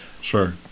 Sure